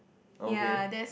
okay